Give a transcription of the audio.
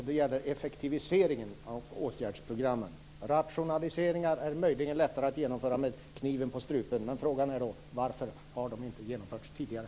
Det gäller effektiviseringen av åtgärdsprogrammen. Rationaliseringar är möjligen lättare att genomföra med kniven på strupen. Men frågan är: Varför har de inte genomförts tidigare?